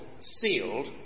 sealed